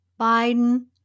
Biden